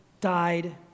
died